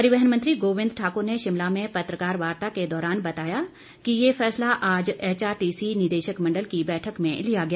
परिवहन मंत्री गोविंद ठाकुर ने शिमला में पत्रकार वार्ता के दौरान बताया कि ये फैसला आज एचआरटीसी निदेशक मंडल की बैठक में लिया गया